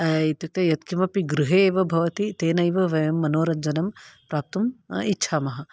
इत्युक्ते यत् किमपि गृहे एव भवति तेनैव वयं मनोरञ्जनं प्राप्तुम् इच्छामः